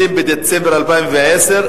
20 בדצמבר 2010,